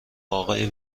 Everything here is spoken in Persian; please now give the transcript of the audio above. آقای